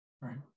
Right